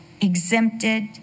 exempted